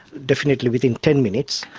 definitely within ten minutes,